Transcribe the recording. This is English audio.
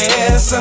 Yes